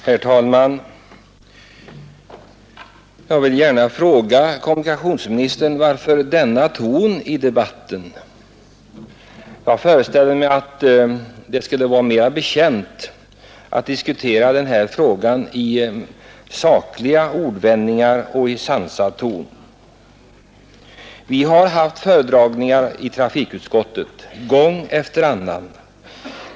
Herr talman! Jag vill gärna fråga kommunikationsministern: Varför denna ton i debatten? Jag föreställer mig att frågan skulle vara mera betjänt av att diskuteras i mera sakliga ordvändningar och i sansad ton. Vi har haft föredragningar i trafikutskottet, gång efter annan.